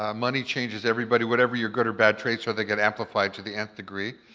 ah money changes everybody, whatever your good or bad traits are they get amplified to the nth degree.